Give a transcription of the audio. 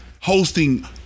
hosting